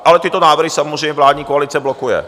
Ale tyto návrhy samozřejmě vládní koalice blokuje.